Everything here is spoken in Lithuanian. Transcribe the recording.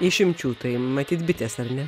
išimčių tai matyt bitės ar ne